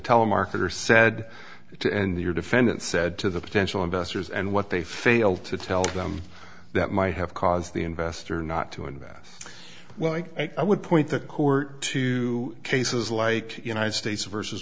telemarketer said to end your defendant said to the potential investors and what they failed to tell them that might have caused the investor not to invest well i would point the court to cases like united states versus